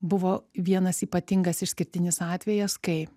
buvo vienas ypatingas išskirtinis atvejas kai